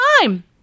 time